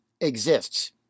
exists